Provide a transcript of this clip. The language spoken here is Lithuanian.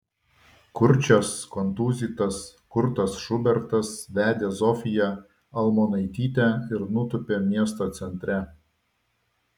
kurčias kontūzytas kurtas šubertas vedė zofiją almonaitytę ir nutūpė miesto centre